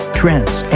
trends